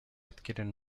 adquieren